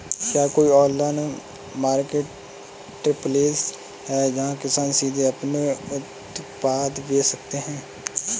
क्या कोई online marketplace है जहाँ किसान सीधे अपने उत्पाद बेच सकते हैं?